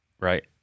right